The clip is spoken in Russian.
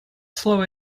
слово